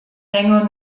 länger